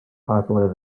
popular